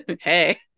Hey